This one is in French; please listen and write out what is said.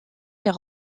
les